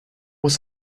was